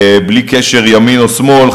בלי קשר לימין או שמאל,